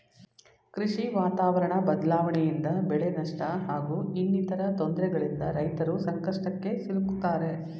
ಕೃಷಿ ವಾತಾವರಣ ಬದ್ಲಾವಣೆಯಿಂದ ಬೆಳೆನಷ್ಟ ಹಾಗೂ ಇನ್ನಿತರ ತೊಂದ್ರೆಗಳಿಂದ ರೈತರು ಸಂಕಷ್ಟಕ್ಕೆ ಸಿಲುಕ್ತಾರೆ